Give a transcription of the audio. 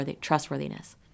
trustworthiness